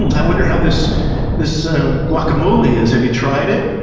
and i wonder how this this so guacamole is, have you tried it?